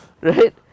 Right